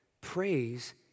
praise